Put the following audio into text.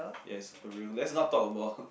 yes for real let's not talk about